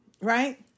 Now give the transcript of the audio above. right